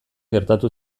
gertatu